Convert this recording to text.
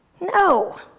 No